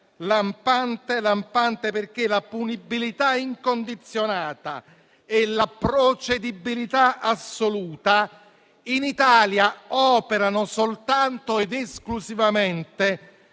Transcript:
lampante, perché la punibilità incondizionata e la procedibilità assoluta in Italia operano soltanto ed esclusivamente